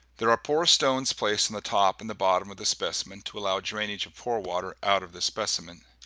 there are porous stones placed on and the top and the bottom of the specimen to allow drainage of pore water out of the specimen.